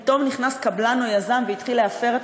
פתאום נכנס קבלן או יזם והתחיל להפר את